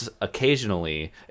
occasionally